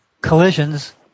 collisions